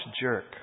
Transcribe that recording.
jerk